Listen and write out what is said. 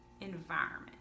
environment